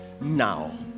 now